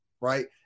Right